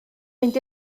mynd